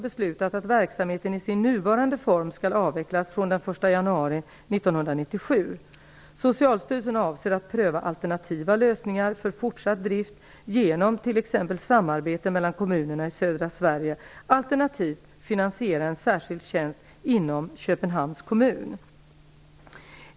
1997. Socialstyrelsen avser att pröva alternativa lösningar för fortsatt drift genom t.ex. samarbete mellan kommunerna i södra Sverige alternativt finansiera en särskild tjänst inom Köpenhamns kommun.